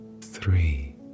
three